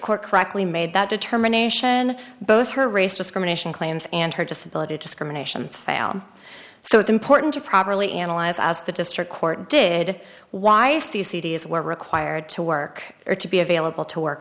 court correctly made that determination both her race discrimination claims and her disability discrimination fail so it's important to properly analyze as the district court did y c c d s were required to work or to be available to work